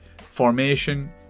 Formation